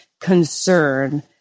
concern